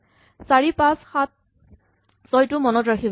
৪ ৫ ৬ ৭ টো মনত ৰাখিবা